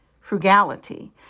frugality